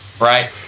right